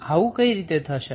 તો આવું કઈ રીતે થશે